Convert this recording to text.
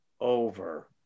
over